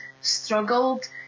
struggled